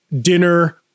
dinner